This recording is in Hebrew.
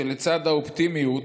שלצד האופטימיות